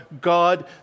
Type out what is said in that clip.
God